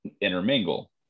intermingle